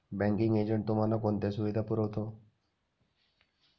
Banking agent तुम्हाला कोणत्या सुविधा पुरवतो?